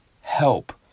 help